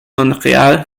montreal